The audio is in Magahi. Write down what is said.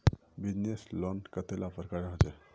बिजनेस लोन कतेला प्रकारेर होचे?